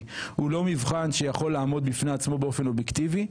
והוא לא מבחן שיכול לעמוד בפני עצמו באופן אובייקטיבי.